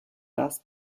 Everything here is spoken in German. das